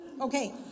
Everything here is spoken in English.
Okay